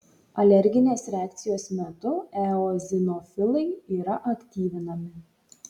alerginės reakcijos metu eozinofilai yra aktyvinami